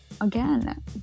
again